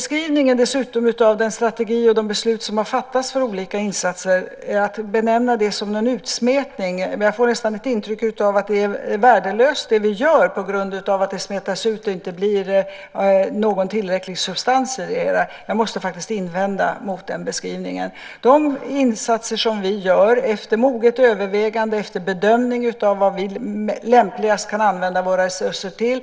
Att dessutom benämna den strategi och de beslut som har fattats om olika insatser som en utsmetning - jag får nästan ett intryck av att det vi gör är värdelöst på grund av att det smetas ut och att det inte blir tillräcklig substans i det - måste jag faktiskt invända mot. De insatser som vi gör efter moget övervägande gör vi efter bedömning av vad vi lämpligast kan använda våra resurser till.